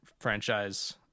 franchise